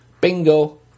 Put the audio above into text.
Bingo